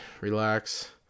relax